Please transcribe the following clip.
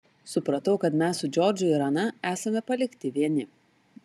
supratau kad mes su džordžu ir ana esame palikti vieni